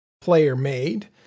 player-made